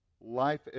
life